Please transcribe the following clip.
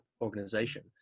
organization